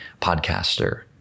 podcaster